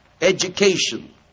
education